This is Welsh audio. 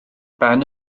ben